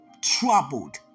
troubled